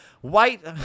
white